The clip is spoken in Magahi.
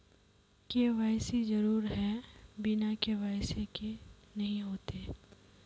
के.वाई.सी जरुरी है बिना के.वाई.सी के नहीं होते?